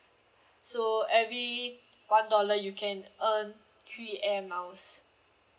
so every one dollar you can earn three air miles